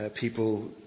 people